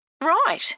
Right